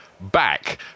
back